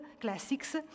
classics